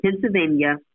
Pennsylvania